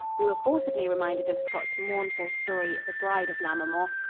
we were forcibly reminded of scott's mournful story, the bride of lammermoor,